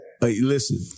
Listen